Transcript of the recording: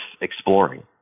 exploring